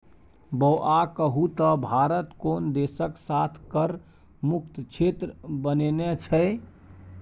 बौआ कहु त भारत कोन देशक साथ कर मुक्त क्षेत्र बनेने छै?